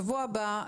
בשבוע הבא,